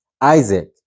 Isaac